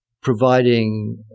providing